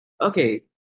Okay